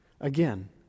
Again